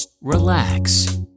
relax